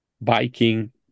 Biking